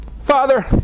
Father